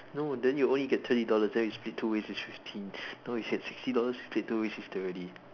no then you only get thirty dollars then we split two ways it's fifteen now if you get sixty dollars you split two ways it's thirty